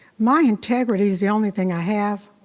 my integrity's the only thing i have.